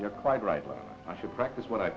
you're quite right i should practice what i